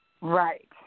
Right